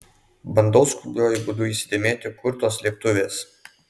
bandau skubiuoju būdu įsidėmėti kur tos slėptuvės